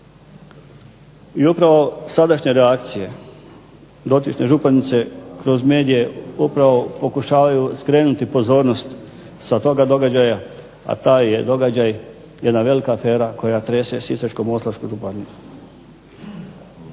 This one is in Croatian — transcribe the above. I upravo sadašnje reakcije dotične županice kroz medije upravo pokušavaju skrenuti pozornost sa toga događaja, a taj je događaj je jedna velika afera koja trese Sisačko-moslavačku županiju.